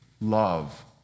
love